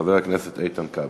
חבר הכנסת איתן כבל.